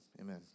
amen